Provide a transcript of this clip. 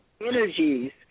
energies